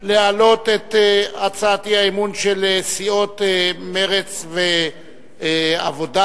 להעלות את הצעת האי-אמון של סיעות מרצ והעבודה